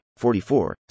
44